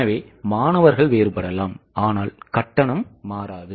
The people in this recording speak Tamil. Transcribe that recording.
எனவே மாணவர்கள் மாறுபடலாம் ஆனால் கட்டணம் மாறாது